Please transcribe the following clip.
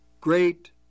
Great